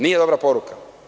Nije dobra poruka.